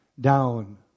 down